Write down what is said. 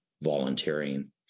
volunteering